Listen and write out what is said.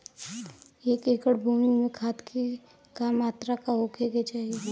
एक एकड़ भूमि में खाद के का मात्रा का होखे के चाही?